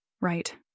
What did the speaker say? Right